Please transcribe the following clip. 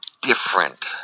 different